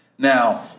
Now